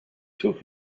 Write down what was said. took